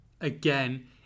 again